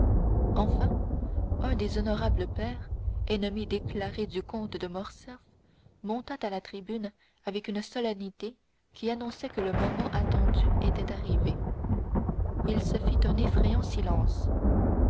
enfin un des honorables pairs ennemi déclaré du comte de morcerf monta à la tribune avec une solennité qui annonçait que le moment attendu était arrivé il se fit un effrayant silence